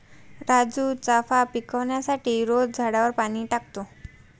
राजू चाफा पिकवण्यासाठी रोज झाडावर पाणी टाकतो